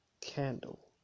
candle